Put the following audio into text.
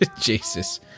Jesus